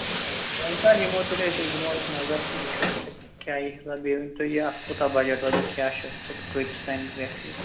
ٹھیٖک حظ وۅنۍ کَر یِمو تیٚلہِ أسۍ أسۍ دِمو اَتہِ نظر تہٕ وُچھو تُہۍ کیٛاہ یِیہِ حِساب بیٚیہِ ؤنۍتو یہِ اَتھ کوٗتاہ بَجٹ وَجَٹ کیٛاہ چھُ کۭتِس تانۍ گژھِ یہِ